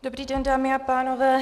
Dobrý den, dámy a pánové.